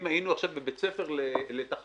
אם היינו בבית ספר לתחרות,